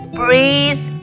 breathe